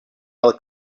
other